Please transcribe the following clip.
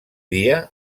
dia